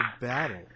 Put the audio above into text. battle